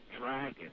dragon